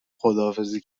خداحافظی